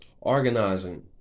Organizing